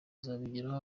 azabigeraho